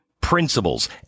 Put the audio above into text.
principles